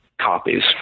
copies